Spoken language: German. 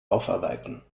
aufarbeiten